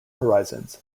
horizons